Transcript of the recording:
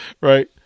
Right